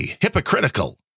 Hypocritical